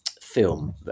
film